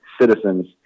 citizens